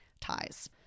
ties